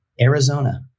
Arizona